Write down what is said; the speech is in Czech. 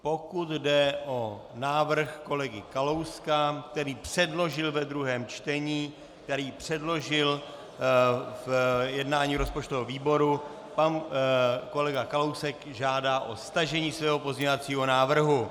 Pokud jde o návrh kolegy Kalouska, který předložil ve druhém čtení, který předložil v jednání rozpočtového výboru, pan kolega Kalousek žádá o stažení svého pozměňovacího návrhu.